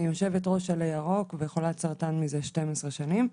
אני יושבת ראש עלה ירוק וחולת סרטן זה 12 שנים.